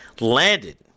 landed